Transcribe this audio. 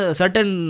certain